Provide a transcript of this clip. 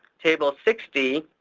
table sixty